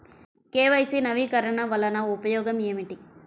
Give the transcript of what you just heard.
KYC నవీకరణ వలన ఉపయోగం ఏమిటీ?